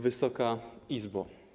Wysoka Izbo!